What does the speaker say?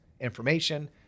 information